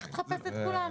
לך תחפש את כולם.